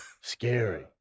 scary